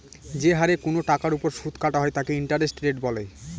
যে হারে কোনো টাকার ওপর সুদ কাটা হয় তাকে ইন্টারেস্ট রেট বলে